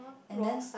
and then